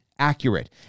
Accurate